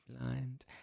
blind